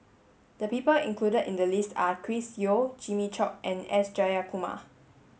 the people included in the list are Chris Yeo Jimmy Chok and S Jayakumar